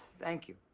thank you.